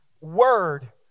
word